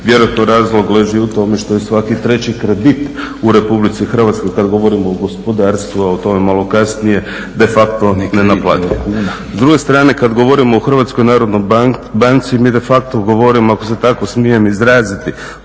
Vjerojatno razlog leži u tome što je svaki treći kredit u Republici Hrvatskoj kad govorimo o gospodarstvu, a o tome malo kasnije, de facto nenaplativ. S druge strane, kad govorimo o HNB-u mi de facto govorimo ako se tako smijem izraziti,